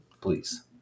please